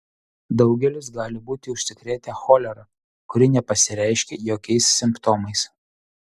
daugelis gali būti užsikrėtę cholera kuri nepasireiškia jokiais simptomais